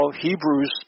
Hebrews